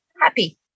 happy